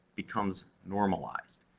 becomes normalized.